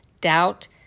doubt